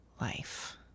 life